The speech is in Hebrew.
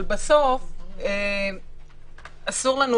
אבל בסוף אסור לנו